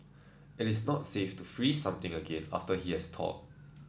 it is not safe to freeze something again after it has thawed